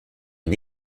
une